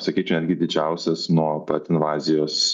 sakyčiau netgi didžiausias nuo pat invazijos